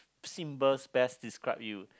symbols best describe you